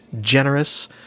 generous